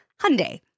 Hyundai